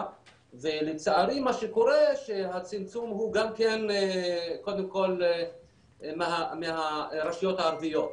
ולצערי מה שקורה שהצמצום הוא גם קודם כל מהרשויות הערביות.